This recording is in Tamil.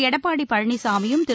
எடப்பாடி பழனிசாமியும் திரு